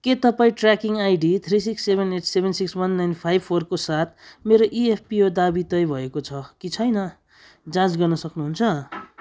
के तपाईँँ tracking ID three six seven eight seven six one nine five फोरको साथ मेरो इएफपिओ दावी तय भएको छ कि छैन जाँच गर्न सक्नुहुन्छ